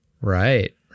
Right